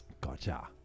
Gotcha